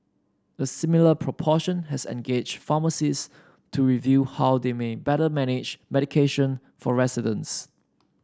a similar proportion has engaged pharmacists to review how they may better manage medication for residents